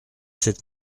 sept